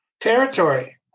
territory